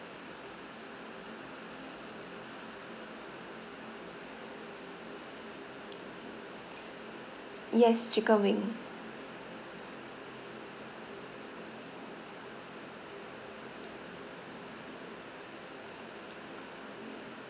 yes chicken wing